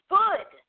good